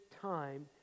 time